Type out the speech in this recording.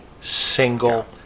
single